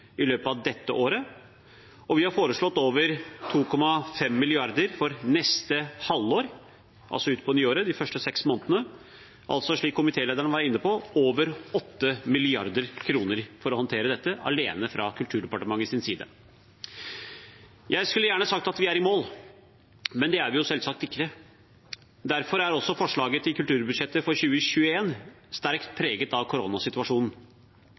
i løpet av dette året, og vi har foreslått over 2,5 mrd. kr for neste halvår, de første seks månedene på nyåret, slik komitélederen var inne på – altså over 8 mrd. kr for å håndtere dette, alene fra Kulturdepartementets side. Jeg skulle gjerne sagt at vi er i mål, men det er vi selvsagt ikke. Derfor er også forslaget til kulturbudsjettet for 2021 sterkt preget av koronasituasjonen.